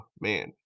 man